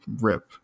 rip